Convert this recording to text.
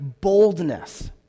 boldness